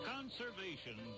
Conservation